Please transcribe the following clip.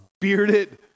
bearded